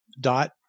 dot